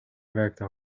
werkte